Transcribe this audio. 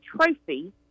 trophy